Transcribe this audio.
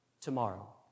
tomorrow